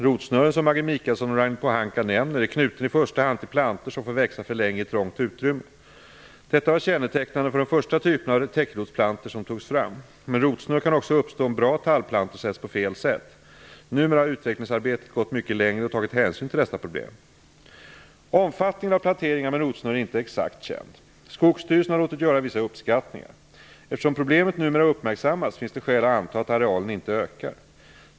Rotsnurren, som Maggi Mikaelsson och Ragnhild Pohanka nämner, är knuten i första hand till plantor som får växa för länge i trångt utrymme. Detta var kännetecknande för de första typer av täckrotsplantor som togs fram. Men rotsnurr kan också uppstå om bra tallplantor sätts på fel sätt. Numera har utvecklingsarbetet gått mycket längre, och man har tagit hänsyn till detta problem. Omfattningen av planteringar med rotsnurr är inte exakt känd. Skogsstyrelsen har låtit göra vissa uppskattningar. Eftersom problemet numera har uppmärksammats finns det skäl att anta att arealen inte ökar.